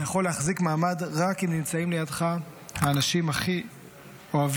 אתה יכול להחזיק מעמד רק אם נמצאים לידך האנשים שהכי אוהבים